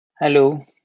Hello